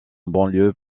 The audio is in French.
banlieue